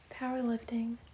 powerlifting